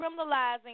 criminalizing